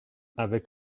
avec